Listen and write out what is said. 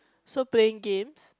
so playing games